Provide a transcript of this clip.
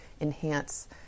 enhance